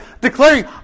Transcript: declaring